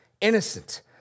innocent